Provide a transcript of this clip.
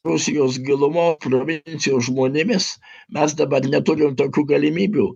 rusijos gilumoj provincijos žmonėmis mes dabar neturim tokių galimybių